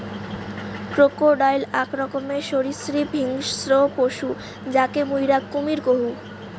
crocodile আক রকমের সরীসৃপ হিংস্র পশু যাকে মুইরা কুমীর কহু